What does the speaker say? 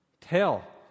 tell